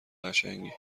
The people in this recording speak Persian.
قشنگی